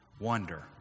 wonder